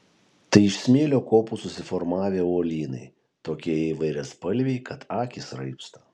tai iš smėlio kopų susiformavę uolynai tokie įvairiaspalviai kad akys raibsta